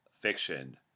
fiction